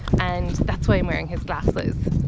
and that's why i'm wearing his glasses.